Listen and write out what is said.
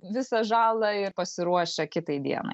visą žalą ir pasiruošę kitai dienai